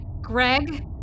Greg